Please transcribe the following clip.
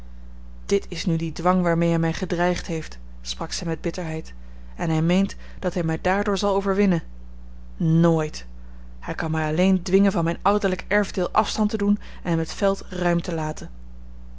dit is nu die dwang waarmee hij mij gedreigd heeft sprak zij met bitterheid en hij meent dat hij mij daardoor zal overwinnen nooit hij kan mij alleen dwingen van mijn ouderlijk erfdeel afstand te doen en hem het veld ruim te laten